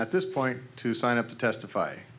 at this point to sign up to testify